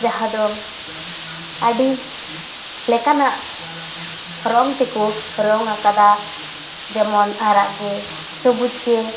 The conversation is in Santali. ᱡᱟᱦᱟᱸ ᱫᱚ ᱟᱹᱰᱤ ᱞᱮᱠᱟᱱᱟᱜ ᱨᱚᱝ ᱛᱮᱠᱚ ᱨᱚᱝ ᱟᱠᱟᱫᱟ ᱡᱮᱢᱚᱱ ᱟᱨᱟᱜ ᱜᱮ ᱥᱩᱵᱩᱡᱽ ᱜᱮ